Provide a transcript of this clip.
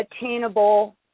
attainable